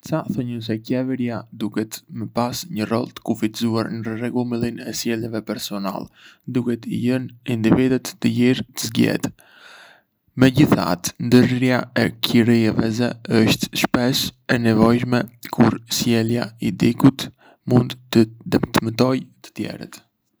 Ca thonjën se qeveria duhet me pasë një rol të kufizuar në rregullimin e sjelljeve personale, duke i lënë individët të lirë me zgjedhë. Megjithatë, ndërhyrja e qeverisë është shpesh e nevojshme kur sjellja e dikujt mund të dëmtojë të tjerët.